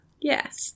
Yes